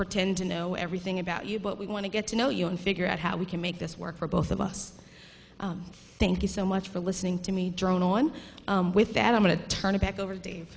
pretend to know everything about you but we want to get to know you and figure out how we can make this work for both of us thank you so much for listening to me drone on with that i'm going to turn it back over to